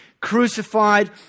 crucified